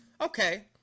okay